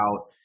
out